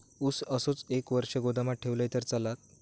ऊस असोच एक वर्ष गोदामात ठेवलंय तर चालात?